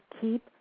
keep